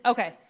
Okay